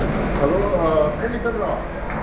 hello ma'am ꯏꯆꯟꯔꯣ